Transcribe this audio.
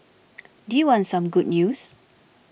do you want some good news